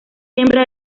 hembra